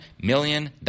million